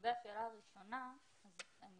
לגבי השאלה הראשונה, אני